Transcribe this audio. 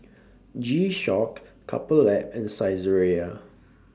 G Shock Couple Lab and Saizeriya